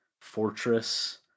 fortress